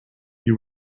you